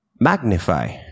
magnify